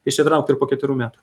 išsitraukt ir po keturių metų